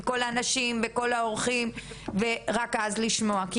כל האנשים וכל האורחים ורק אז לשמוע שאין מענה.